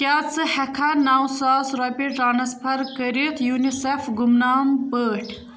کیٛاہ ژٕ ہٮ۪ککھاہ نَو ساس رۄپیہِ ٹرٛانسفَر کٔرِتھ یوٗنِسٮ۪ف گُمنام پٲٹھۍ